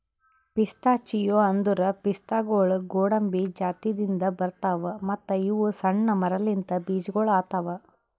pistachio ಅಂದುರ್ ಪಿಸ್ತಾಗೊಳ್ ಗೋಡಂಬಿ ಜಾತಿದಿಂದ್ ಬರ್ತಾವ್ ಮತ್ತ ಇವು ಸಣ್ಣ ಮರಲಿಂತ್ ಬೀಜಗೊಳ್ ಆತವ್